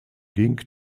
ging